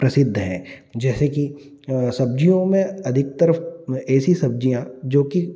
प्रसिद्ध हैं जैसे कि सब्जियों में अधिकतर ऐसी सब्जियाँ जो कि